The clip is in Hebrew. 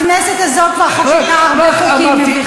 הכנסת הזו כבר חוקקה הרבה חוקים מביכים,